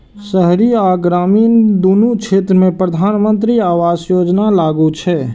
शहरी आ ग्रामीण, दुनू क्षेत्र मे प्रधानमंत्री आवास योजना लागू छै